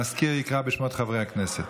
המזכיר יקרא בשמות חברי הכנסת.